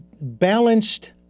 balanced